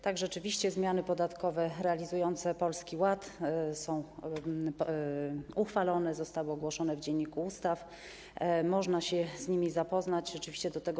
Tak, rzeczywiście zmiany podatkowe realizujące Polski Ład są uchwalone, zostały ogłoszone w Dzienniku Ustaw, można się z nimi zapoznać, zachęcam do tego.